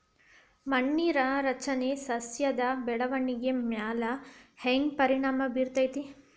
ಮಣ್ಣಿನ ರಚನೆ ಸಸ್ಯದ ಬೆಳವಣಿಗೆ ಮ್ಯಾಲೆ ಹ್ಯಾಂಗ್ ಪರಿಣಾಮ ಬೇರತೈತ್ರಿ?